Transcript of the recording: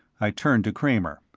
i turned to kramer.